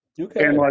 Okay